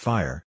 Fire